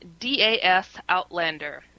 dasoutlander